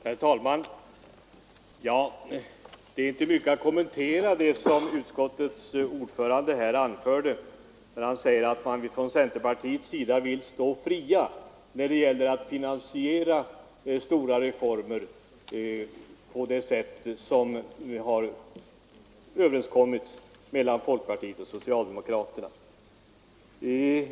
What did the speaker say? Herr talman! Det finns inte mycket att kommentera i det som utskottets ordförande här senast anförde. Han sade att man från centerpartiets sida vill stå fri när det gäller att finansiera stora reformer på det sätt som har överenskommits mellan folkpartiet och socialdemokraterna.